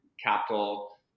capital